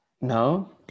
No